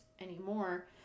anymore